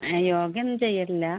ആ യോഗ ഒന്നും ചെയ്യലില്ല